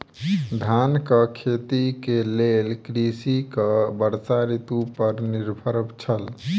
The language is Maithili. धानक खेती के लेल कृषक वर्षा ऋतू पर निर्भर छल